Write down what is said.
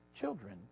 children